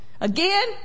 Again